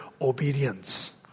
Obedience